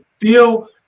feel